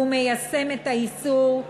ומיישם את האיסור,